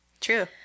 True